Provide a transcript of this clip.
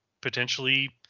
potentially